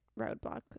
roadblock